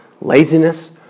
laziness